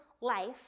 life